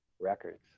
records